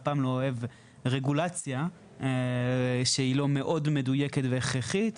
אני אף פעם לא אוהב רגולציה שהיא לא מאוד מדויקת והכרחית,